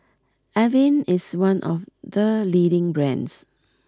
Avene is one of the leading brands